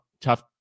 tough